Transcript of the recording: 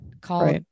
call